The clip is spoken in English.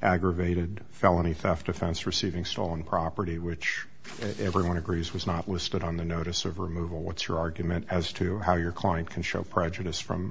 aggravated felony theft offense receiving stolen property which everyone agrees was not listed on the notice of removal what's your argument as to how your client can show prejudice from